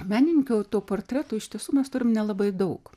menininkių autoportretų iš tiesų mes turim nelabai daug